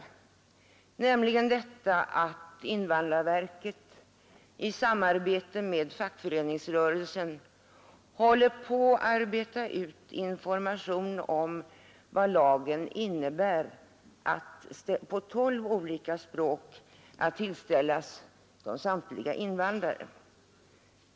Invandrarverket håller nu på att i samarbete med fackföreningsrörelsen arbeta ut information på tolv olika språk om vad lagen innebär, och den informationen skall tillställas samtliga invandrare.